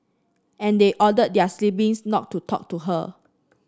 and they ordered their not to talk to her